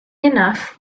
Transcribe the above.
enough